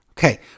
Okay